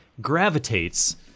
gravitates